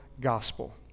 gospel